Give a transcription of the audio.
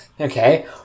Okay